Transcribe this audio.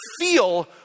feel